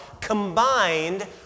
combined